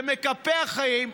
ומקפח חיים,